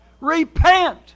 Repent